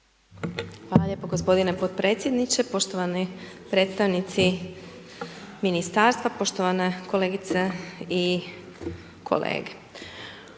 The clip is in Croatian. Hvala lijepo g. potpredsjedniče. Poštovani predstavnici Ministarstva, poštovane kolegice i kolege.